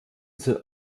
sind